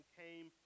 came